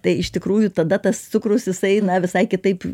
tai iš tikrųjų tada tas cukrus jisai na visai kitaip